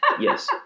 Yes